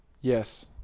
Yes